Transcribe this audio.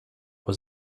was